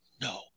no